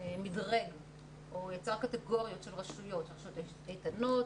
מדרג או יצר קטגוריות של רשויות יש איתנות,